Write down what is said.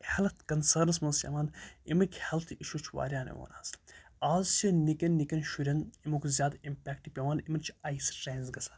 health concerns منٛز چھِ یِوان اَمِکۍ ہٮ۪لٕتھ اِشوٗ چھِ واریاہَن یِوان آز آز چھِ نِکٮ۪ن نِکٮ۪ن شُرٮ۪ن اَمیُک زیادٕ اِمپیکٹ پٮ۪وان یِمَن چھِ آی سٕٹرینٕز گژھان